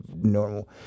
normal